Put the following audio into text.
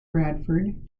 bradford